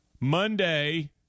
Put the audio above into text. Monday